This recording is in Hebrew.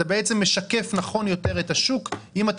אתה בעצם משקף נכון יותר את השוק אם אתה